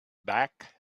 back